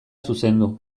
zuzendu